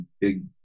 big